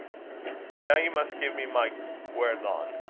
but now you must give me my guerdon,